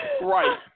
Right